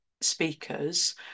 speakers